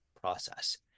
process